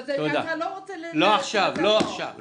לא עכשיו.